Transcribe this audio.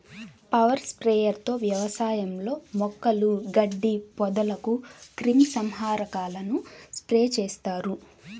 power sprayer తో వ్యవసాయంలో మొక్కలు, గడ్డి, పొదలకు క్రిమి సంహారకాలను స్ప్రే చేస్తారు